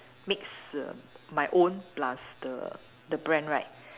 mix my own plus the the brand right